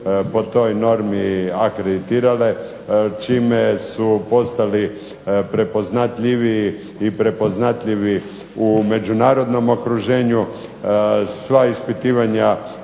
po toj normi akreditirale čime su postali prepoznatljiviji i prepoznatljivi u međunarodnom okruženju. Sva ispitivanja